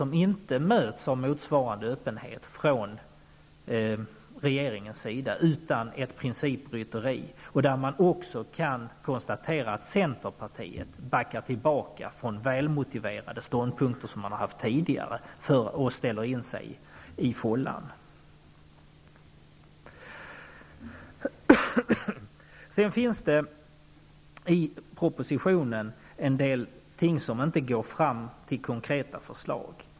Men någon motsvarande öppenhet från regeringens sida finns inte. I stället kan man tala om ett, skulle jag vilja säga, principrytteri. Vidare kan det konstateras att centerpartiet har backat. Man har släppt de välmotiverade ståndpunkter som tidigare förekom inom centern. Nu går man in i fållan. I propositionen finns det en del synpunkter som inte resulterar i konkreta förslag.